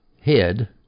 head